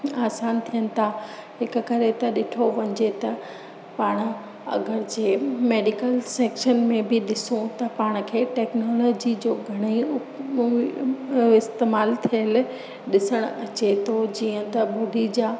आसानु थियनि था हिकु करे त ॾिठो वञिजे त पाणि अगरि जे मेडीकल सेक्शन में बि ॾिसूं त पाण खे टेक्नोलोजी जो घणेई इस्तेमालु थियल ॾिसणु अचे थो जीअं त ॿुडी जा